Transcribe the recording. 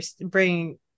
bring